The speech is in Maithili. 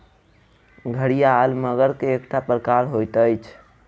घड़ियाल मगर के एकटा प्रकार होइत अछि